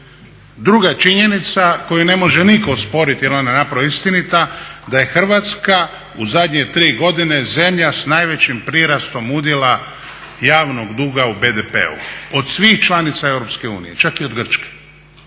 Druga je činjenica koju ne može nitko osporiti jer je ona naprosto istinita da je Hrvatska u zadnje 3 godine zemlja sa najvećim prirastom udjela javnog duga u BDP-u od svih članica Europske unije čak i od Grčke.